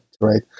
right